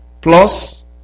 Plus